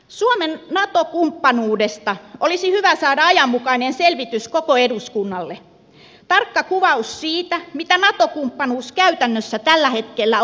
suomen nato kumppanuudesta olisi hyvä saada ajanmukainen selvitys koko eduskunnalle tarkka kuvaus siitä mitä nato kumppanuus käytännössä tällä hetkellä on